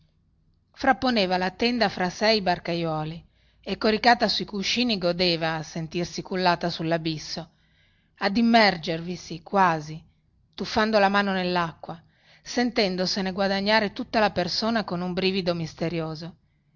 amaranti frapponeva la tenda fra sè e i barcaiuoli e coricata sui cuscini godeva a sentirsi cullata sullabisso ad immergervisi quasi tuffando la mano nellacqua sentendosene guadagnare tutta la persona con un brivido misterioso